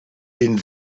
den